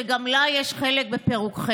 שגם לה יש חלק בפירוקכם.